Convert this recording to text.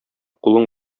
кулың